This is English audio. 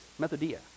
methodia